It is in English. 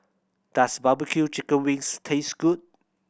does barbecue chicken wings taste good